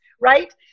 right